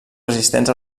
resistents